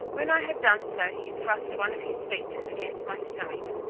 when i had done so, he thrust one of his feet against my stomach,